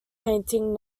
painting